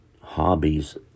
hobbies